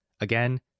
Again